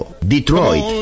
Detroit